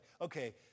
okay